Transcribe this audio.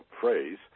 phrase